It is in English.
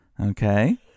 okay